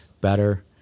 better